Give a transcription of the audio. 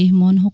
mon